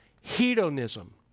Hedonism